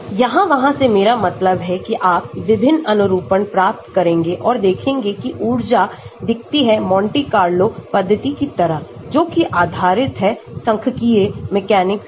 यहां वहां से मेरा मतलब है कि आप विभिन्न अनुरूपण प्राप्त करेंगे और देखेंगे कि ऊर्जा दिखती हैMonte Carlo पद्धति की तरह जोकि आधारित है सांख्यिकीय मैकेनिक्स पर